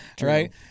right